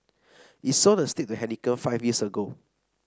it sold the stake to Heineken five years ago